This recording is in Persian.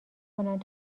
کنند